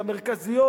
המרכזיות,